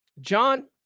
John